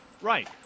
Right